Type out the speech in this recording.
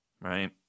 right